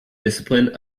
discipline